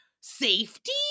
safety